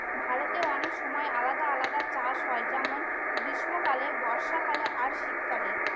ভারতে অনেক সময় আলাদা আলাদা চাষ হয় যেমন গ্রীস্মকালে, বর্ষাকালে আর শীত কালে